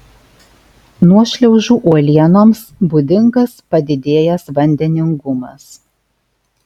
nuošliaužų uolienoms būdingas padidėjęs vandeningumas